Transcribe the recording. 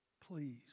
Please